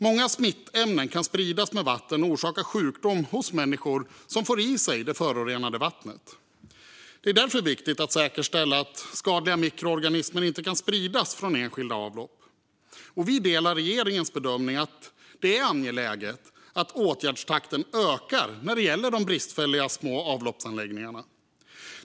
Många smittämnen kan spridas med vatten och orsaka sjukdom hos människor som får i sig det förorenade vattnet. Det är därför viktigt att säkerställa att skadliga mikroorganismer inte kan spridas från enskilda avlopp. Vi delar regeringens bedömning att det är angeläget att åtgärdstakten ökar när det gäller de bristfälliga små avloppsanläggningarna.